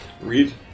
Read